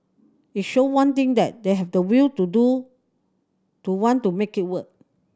it showed one thing that they had the will to do to want to make it work